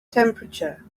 temperature